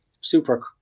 super